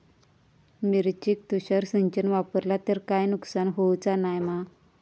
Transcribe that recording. मिरचेक तुषार सिंचन वापरला तर काय नुकसान होऊचा नाय मा?